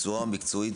מסורה ומקצועית,